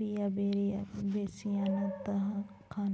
Beauveria bassiana तखन